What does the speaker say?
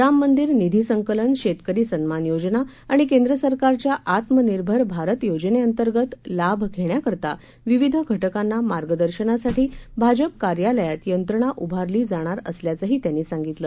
राममंदिरनिधीसंकलन शेतकरीसन्मानयोजनाआणिकेंद्रसरकारच्याआत्मनिर्भरभारतयोजनेअंतर्गतलाभघेण्याकरताविविधघटकांनामार्गदर्शनासा ठीभाजपकार्यालयातयंत्रणाउभारलीजाणारअसल्याचहीत्यांनीसांगितलं